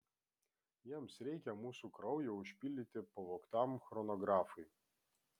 jiems reikia mūsų kraujo užpildyti pavogtam chronografui